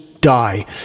die